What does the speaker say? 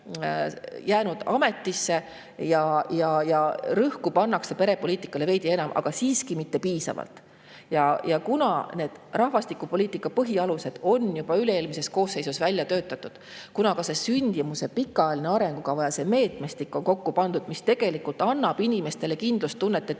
jäänud ametisse ja rõhku pannakse perepoliitikale veidi enam, aga siiski mitte piisavalt. Ja kuna rahvastikupoliitika põhialused on juba üle-eelmises koosseisus välja töötatud ja ka sündimuse pikaajaline arengukava ja meetmestik on kokku pandud, mis tegelikult annab inimestele kindlustunnet, et